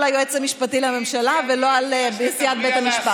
היועץ המשפטי לממשלה ולא על נשיאת בית המשפט.